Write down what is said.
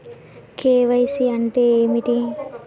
KYC అంటే ఏమిటి?